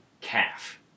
calf